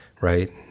right